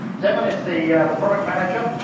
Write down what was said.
devon is the the product manager.